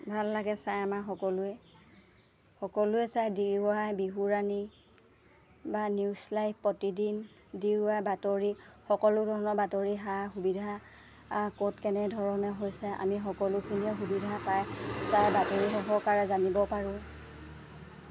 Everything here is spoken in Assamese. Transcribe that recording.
ভাল লাগে চাই আমাৰ সকলোৱে সকলোৱে চাই ডি ৱাই বিহুৰাণী বা নিউজ লাইভ প্ৰতিদিন ডি ৱাই বাতৰি সকলো ধৰণৰ বাতৰি সা সুবিধা ক'ত কেনেধৰণে হৈছে আমি সকলোখিনিয়ে সুবিধা পাই চাই বাতৰি সহকাৰে জানিব পাৰোঁ